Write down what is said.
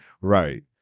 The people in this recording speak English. Right